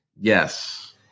Yes